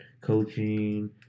coaching